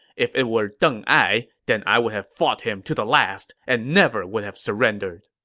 if it were deng ai, then i would have fought him to the last and never would have surrendered.